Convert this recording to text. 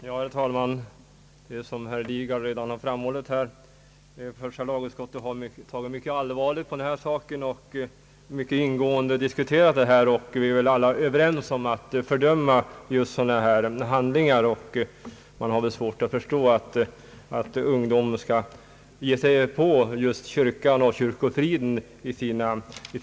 Herr talman! Som herr Lidgard redan framhållit, har första lagutskottet tagit synnerligen allvarligt på denna sak och diskuterat den mycket ingående. Alla i utskottet har varit överens om att fördöma sådana här handlingar. Jag har svårt att förstå att aggresiva ungdomar skall kränka just kyrkan och kyrkofriden.